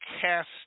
cast